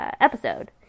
episode